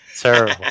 Terrible